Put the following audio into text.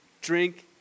drink